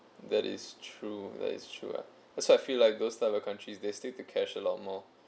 that is true that is true lah that's why I feel like those type of the countries they stick to cash a lot more